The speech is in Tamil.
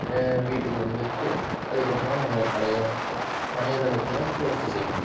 வீட்டுக்கு வந்துவிட்டு அதுக்கப்புறோம் நம்ம பழைய வளையதளத்தில் போஸ்ட்டு செய்யணும்